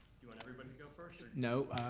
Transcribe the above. you want everybody to go first, or no,